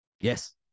Yes